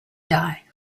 die